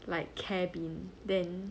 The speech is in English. like cabin then